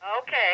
Okay